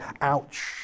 Ouch